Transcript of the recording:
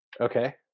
okay